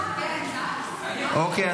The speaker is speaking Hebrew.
אוקיי.